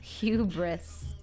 Hubris